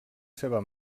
seva